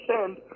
send